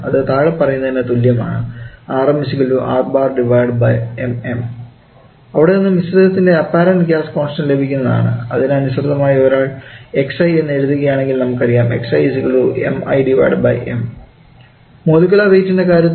അതിന് അനുസൃതമായി ഒരാൾ xi എന്ന് എഴുതുകയാണെങ്കിൽ നമുക്കറിയാം മോളിക്കുലർ വെയ്റ്റിൻറെ കാര്യത്തിൽ